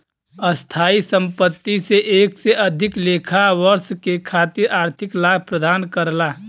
स्थायी संपत्ति से एक से अधिक लेखा वर्ष के खातिर आर्थिक लाभ प्रदान करला